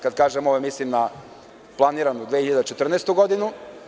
Kada kažem ove, mislim na planiranu 2014. godinu.